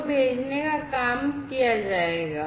तो भेजने का काम किया जाएगा